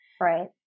Right